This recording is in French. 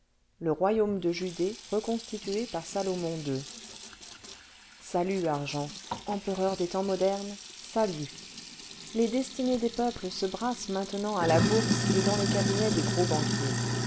le royaume de judée reconstitué par saiomon n une agente de change salut argent empereur des temps modernes salut les destinées des peuples se brassent maintenant à la bourse et dans les cabinets des gros banquiers